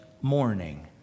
morning